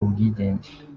ubwigenge